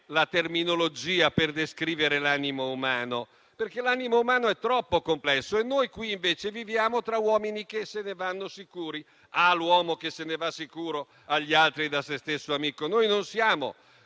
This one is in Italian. la terminologia per descrivere l'animo umano, perché questo è troppo complesso e noi qui invece viviamo tra uomini che se ne vanno sicuri: «Ah l'uomo che se ne va sicuro, agli altri ed a se stesso amico». Noi non siamo